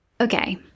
okay